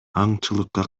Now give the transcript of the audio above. аңчылыкка